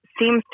seems